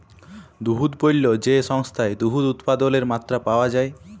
দুহুদ পল্য যে সংস্থায় দুহুদ উৎপাদলের মাত্রা পাউয়া যায়